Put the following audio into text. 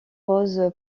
rose